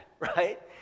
Right